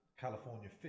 California